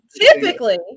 typically